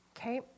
Okay